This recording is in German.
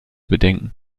bedenken